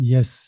Yes